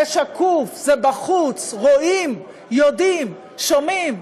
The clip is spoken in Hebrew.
זה שקוף, זה בחוץ, רואים, יודעים, שומעים,